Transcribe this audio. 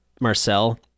Marcel